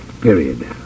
Period